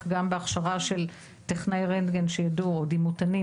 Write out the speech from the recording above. גם בהכשרה של טכנאי רנטגן או דימותנים,